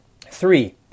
Three